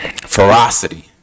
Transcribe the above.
ferocity